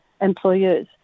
employers